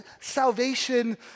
salvation